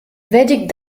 vedic